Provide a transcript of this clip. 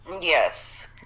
Yes